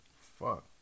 Fuck